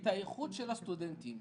את איכות הסטודנטים